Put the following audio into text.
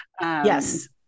yes